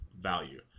value